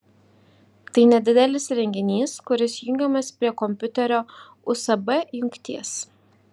tai nedidelis įrenginys kuris jungiamas prie kompiuterio usb jungties